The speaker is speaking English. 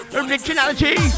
originality